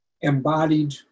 embodied